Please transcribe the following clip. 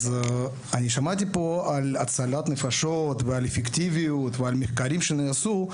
שמעתי פה על הצלת נפשות ועל אפקטיביות ועל מחקרים שנעשו,